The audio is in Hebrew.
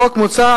החוק המוצע